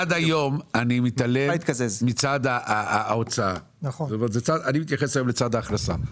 הוא אומר: עד היום אני מתעלם מצד ההוצאה; אני מתייחס היום לצד ההכנסה.